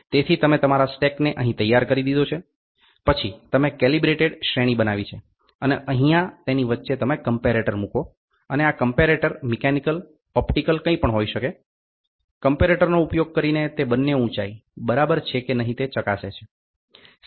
તેથી તમે તમારા સ્ટેકને અહીં તૈયાર કરી દીધો છે પછી તમે કેલિબ્રેટેડ શ્રેણી બનાવી છે અને અહીંયા તેની વચ્ચે તમે કમ્પેરેટર મૂકો અને આ કમ્પેરેટર મિકેનિકલ ઓપ્ટિકલ કંઈ પણ હોઈ શકે કમ્પેરેટરનો ઉપયોગ કરીને તે બંને ઊંચાઈ બરાબર છે કે નહીં તે ચકાસે છે